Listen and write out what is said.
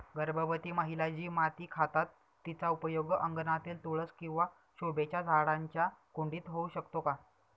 गर्भवती महिला जी माती खातात तिचा उपयोग अंगणातील तुळस किंवा शोभेच्या झाडांच्या कुंडीत होऊ शकतो का?